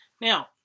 now